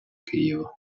києва